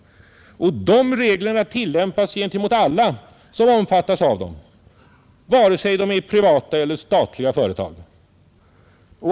De reglerna tillämpas gentemot alla som omfattas av dem, vare sig det rör sig om privata eller om statliga företag.